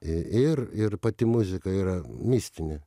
i ir ir pati muzika yra mistinė